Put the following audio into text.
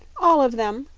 all of them,